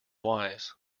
wise